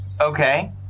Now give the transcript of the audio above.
Okay